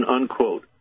unquote